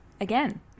Again